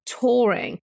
touring